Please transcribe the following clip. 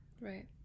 Right